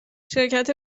شرکت